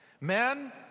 Men